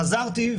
חזרתי,